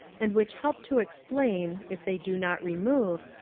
and which help to explain, if they do not remove,